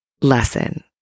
lesson